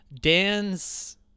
Dan's